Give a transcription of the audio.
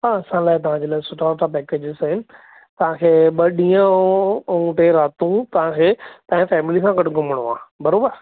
हा सवलाई तव्हां जे लाइ सुठा सुठा पेकेजेस आहिनि तव्हां खे ॿ ॾींहं अऊं टे रातियूं तव्हां खे पहिंजी फैमिलीअ सां गॾु घुमिणो आहे बराबरि